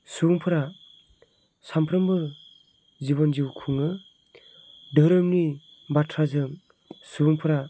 सुबुंफोरा सानफ्रोमबो जिबन जिउ खुङो धोरोमनि बाथ्राजों सुबुंफोरा